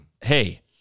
Hey